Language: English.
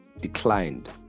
declined